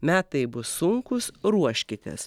metai bus sunkūs ruoškitės